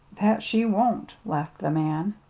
that she won't, laughed the man.